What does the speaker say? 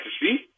see